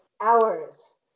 hours